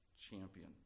champion